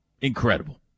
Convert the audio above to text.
Incredible